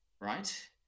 right